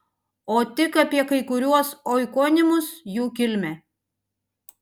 o tik apie kai kuriuos oikonimus jų kilmę